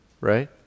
right